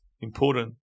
important